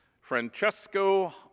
Francesco